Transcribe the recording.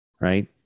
right